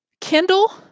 Kindle